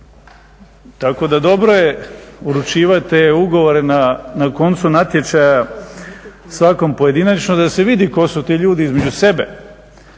Tako da dobro je uručivat te udruge na koncu natječaja svakom pojedinačno da se vidi tko su ti ljudi, između sebe.